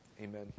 Amen